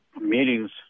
meetings